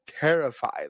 terrified